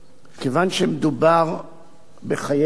כיוון שמדובר בחיי אדם,